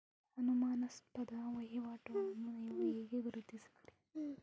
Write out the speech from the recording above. ಅನುಮಾನಾಸ್ಪದ ವಹಿವಾಟುಗಳನ್ನು ನೀವು ಹೇಗೆ ಗುರುತಿಸುತ್ತೀರಿ?